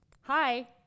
hi